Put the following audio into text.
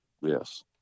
Yes